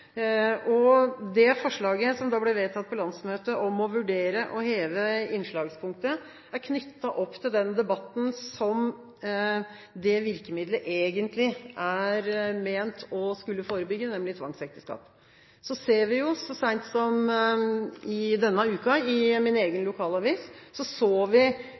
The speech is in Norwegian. og det forslaget som ble vedtatt på landsmøtet, om å vurdere å heve innslagspunktet, er knyttet opp til den debatten som det virkemidlet egentlig er ment å skulle forebygge, nemlig tvangsekteskap. Så så vi så sent som i denne uka i min